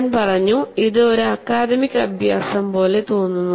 ഞാൻ പറഞ്ഞു ഇത് ഒരു അക്കാദമിക് അഭ്യാസം പോലെ തോന്നുന്നു